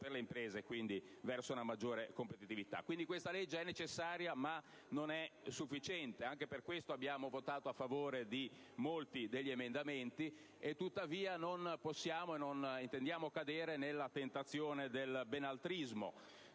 dunque, è necessario, ma non è sufficiente, ed anche per questo abbiamo votato a favore di molti emendamenti presentati; tuttavia non possiamo e non intendiamo cadere nella tentazione del "benaltrismo".